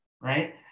Right